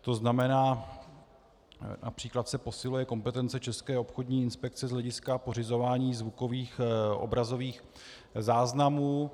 To znamená, například se posiluje kompetence České obchodní inspekce z hlediska pořizování zvukových, obrazových záznamů.